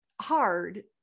hard